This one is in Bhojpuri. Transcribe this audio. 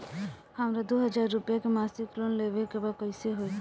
हमरा दो हज़ार रुपया के मासिक लोन लेवे के बा कइसे होई?